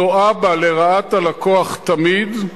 טועה בה לרעת הלקוח תמיד,